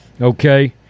Okay